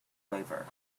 flavor